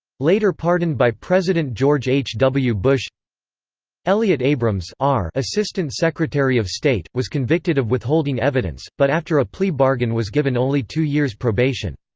later pardoned by president george h. w. bush elliott abrams assistant secretary of state, was convicted of withholding evidence, but after a plea bargain was given only two years' probation.